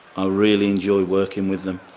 ah really enjoy working with them,